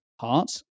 Heart